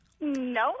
No